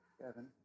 Kevin